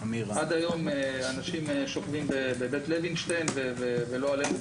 עד היום אנשים שוכבים בבית לוינשטיין ולא עלינו,